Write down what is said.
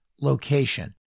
location